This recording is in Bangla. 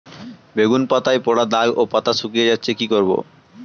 বেগুন পাতায় পড়া দাগ ও পাতা শুকিয়ে যাচ্ছে কি করব?